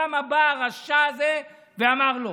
למה בא הרשע הזה ואמר לא?